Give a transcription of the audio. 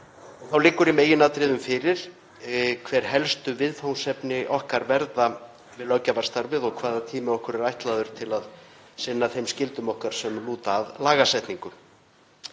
Þá liggur í meginatriðum fyrir hver helstu viðfangsefni okkar verða við löggjafarstarfið og hvaða tími okkur er ætlaður til að sinna þeim skyldum okkar sem lúta að lagasetningu.